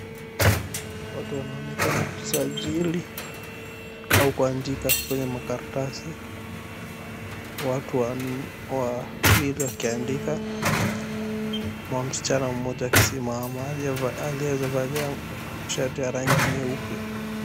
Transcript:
Watu wanaoonekana kusajili au kuandika kwenye makaratasi, watu wawili wakiandika na msichana mmoja akisimama aliyevalia shati ya rangi nyeupe.